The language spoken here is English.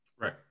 right